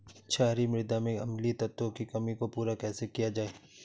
क्षारीए मृदा में अम्लीय तत्वों की कमी को पूरा कैसे किया जाए?